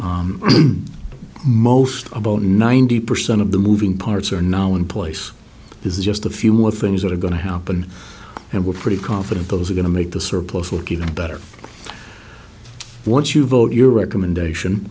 most about ninety percent of the moving parts are now in place is just a few more things that are going to happen and we're pretty confident those are going to make the surplus work even better once you vote your recommendation